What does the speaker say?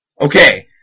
Okay